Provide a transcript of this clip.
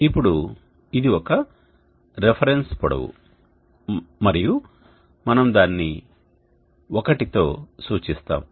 ఇప్పుడు ఇది ఒక రిఫరెన్స్ పొడవు మరియు మనము దానిని 1 తో సూచిస్తాము